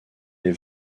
les